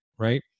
Right